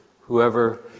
whoever